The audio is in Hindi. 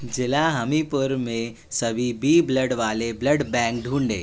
ज़िला हमीरपुर में सभी बी ब्लड वाले ब्लड बैंक ढूँढें